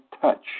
touch